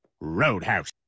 roadhouse